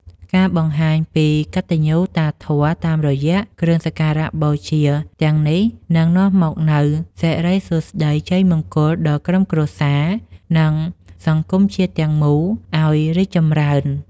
ការបង្ហាញពីកតញ្ញូតាធម៌តាមរយៈគ្រឿងសក្ការបូជាទាំងនេះនឹងនាំមកនូវសិរីសួស្តីជ័យមង្គលដល់ក្រុមគ្រួសារ និងសង្គមជាតិទាំងមូលឱ្យរីកចម្រើន។